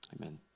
amen